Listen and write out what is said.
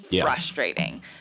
frustrating